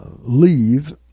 leave